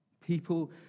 People